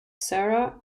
sara